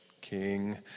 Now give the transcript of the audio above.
King